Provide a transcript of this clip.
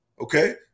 okay